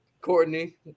courtney